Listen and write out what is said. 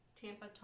Tampa